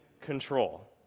control